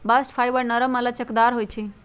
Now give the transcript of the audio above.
bast fibre नरम आऽ लचकदार होइ छइ